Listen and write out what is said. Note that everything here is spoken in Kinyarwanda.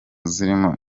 zirimo